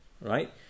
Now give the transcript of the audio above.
Right